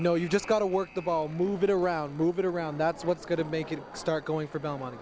no you just go to work the ball move it around move it around that's what's going to make it start going for belmont